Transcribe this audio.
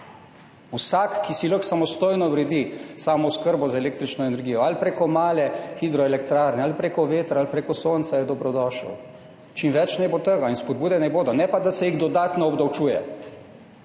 Vsak, ki si lahko samostojno uredi samooskrbo z električno energijo, ali preko male hidroelektrarne, ali preko vetra, ali preko sonca, je dobrodošel. Čim več naj bo tega in spodbude naj bodo, ne pa, da se jih dodatno obdavčuje,